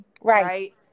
Right